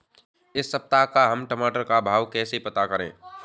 इस सप्ताह का हम टमाटर का भाव कैसे पता करें?